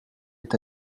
est